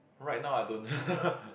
right now I don't